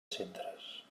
centres